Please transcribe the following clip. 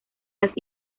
las